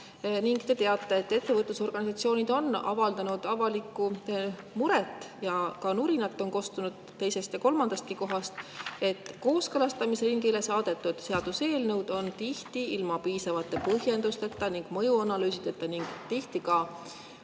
omad. Te teate, et ettevõtlusorganisatsioonid on avaldanud avalikku muret ja ka nurinat on kostunud teisest ja kolmandastki kohast, et kooskõlastamisringile saadetud seaduseelnõud on tihti ilma piisavate põhjendusteta ning mõjuanalüüsideta. Tihti on